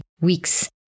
weeks